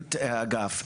באחריות האגף?